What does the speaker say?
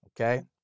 Okay